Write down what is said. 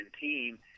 team